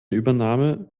übernahme